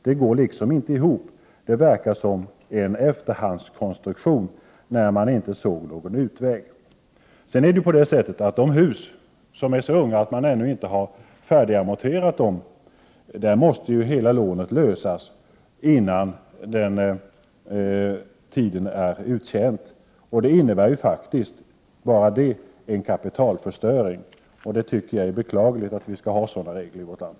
Det går inte ihop, utan det verkar som en efterhandskonstruktion när det inte fanns någon annan utväg. I fråga om de hus som är så nya att de ännu inte är färdigamorterade måste hela lånen lösas innan tiden är ute. Bara detta innebär faktiskt en kapitalförstöring. Det är beklagligt att vi skall ha sådana regler i vårt land.